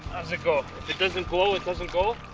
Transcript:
how's it go? if it doesn't glow, it doesn't go?